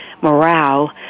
morale